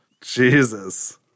Jesus